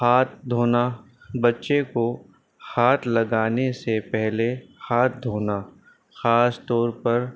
ہاتھ دھونا بچے کو ہاتھ لگانے سے پہلے ہاتھ دھونا خاص طور پر